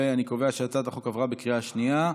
אני קובע שהצעת החוק עברה בקריאה שנייה.